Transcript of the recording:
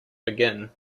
begin